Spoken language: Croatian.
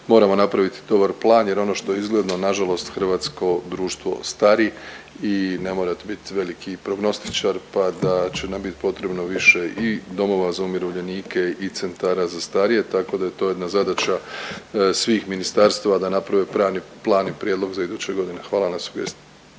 Moramo napraviti dobar plan jer ono što je izgledno, nažalost hrvatsko društvo stari i ne morate bit veliki prognostičar pa da će nam bit potrebno više i domova za umirovljenike i centara za starije tako da je to jedna zadaća svih ministarstava da naprave plan i prijedlog za iduće godine. Hvala vam na sugestiji.